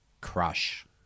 crush